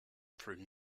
through